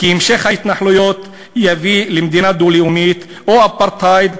כי המשך ההתנחלויות יביא למדינה דו-לאומית או לאפרטהייד,